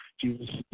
Jesus